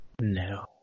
No